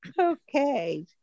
Okay